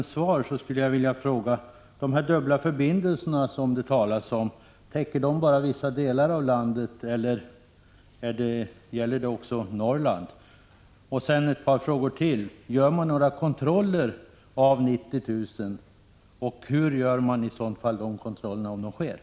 Sedan ett par frågor till: Gör man några kontroller av 90 000? Och hur utför man de kontrollerna, om de nu görs?